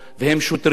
והם שוטרים.